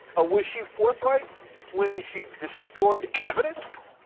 ah was she forthright when she destroyed evidence?